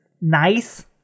nice